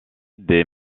des